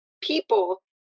people